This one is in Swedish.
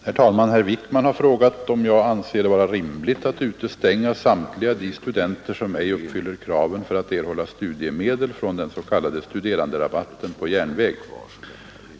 Herr talman! Herr Wijkman har frågat om jag anser det vara rimligt att utestänga samtliga de studenter, som ej uppfyller kraven för att erhålla studiemedel, från den s.k. studeranderabatten på järnväg.